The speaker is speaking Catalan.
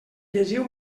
llegiu